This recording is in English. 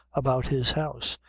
about his house,